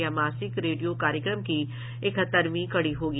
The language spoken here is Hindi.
यह मासिक रेडियो कार्यक्रम की इकहत्तरवीं कड़ी होगी